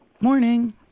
Morning